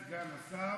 תודה לסגן השר.